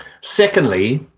Secondly